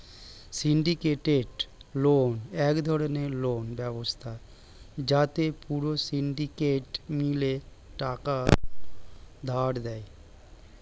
syndicated loan এক ধরণের loan ব্যবস্থা যাতে পুরো সিন্ডিকেট মিলে টাকা ধার দেয়